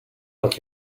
what